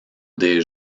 des